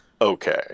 okay